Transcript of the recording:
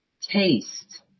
taste